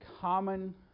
common